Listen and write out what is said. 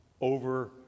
over